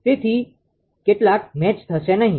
તેથી કેટલાક મેચ થશે નહિ